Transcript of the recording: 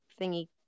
thingy